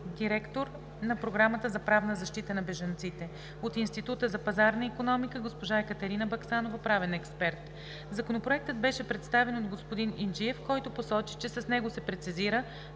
директор на Програмата за правна защита на бежанците; от Института за пазарна икономика: госпожа Екатерина Баксанова – правен експерт. Законопроектът беше представен от господин Инджиев, който посочи, че с него се прецизира